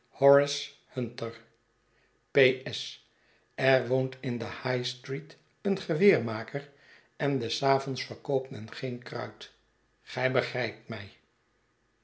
hunter p s er woont in de high-street een geweermaker en des avonds verkoopt men geen kruit gij begrijpt mij